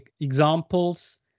examples